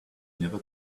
never